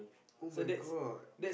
[oh]-my-god